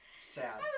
sad